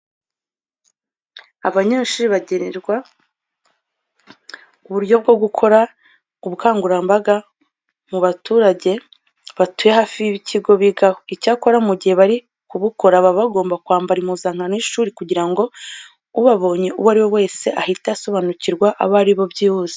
Abanyeshuri bagenerwa uburyo bwo gukora ubukangurambaga mu baturage batuye hafi y'ikigo bigaho. Icyakora mu gihe bari kubukora baba bagomba kwambara impuzankano y'ishuri kugira ngo ubabonye uwo ari we wese ahite asobanukirwa abo ari bo byihuse.